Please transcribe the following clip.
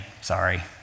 sorry